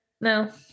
No